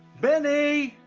bennie!